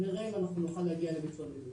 נראה אם אנחנו נוכל להגיע למתלוננים